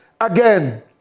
again